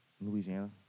Louisiana